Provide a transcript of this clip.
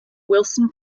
wilson